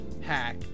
hack